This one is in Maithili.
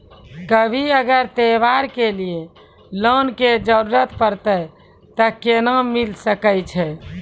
कभो अगर त्योहार के लिए लोन के जरूरत परतै तऽ केना मिल सकै छै?